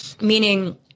Meaning